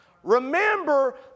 Remember